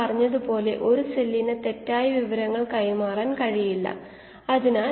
ഞാൻ അത് ഒരു പൊതു അടിസ്ഥാനത്തിൽ ചെയ്യാൻ ശ്രമിക്കുകയാണ്